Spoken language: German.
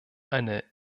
eine